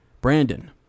Brandon